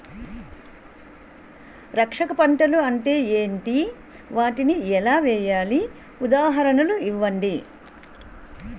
రక్షక పంటలు అంటే ఏంటి? వాటిని ఎలా వేయాలి? ఉదాహరణలు ఇవ్వండి?